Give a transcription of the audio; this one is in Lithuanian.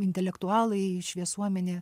intelektualai šviesuomenė